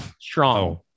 Strong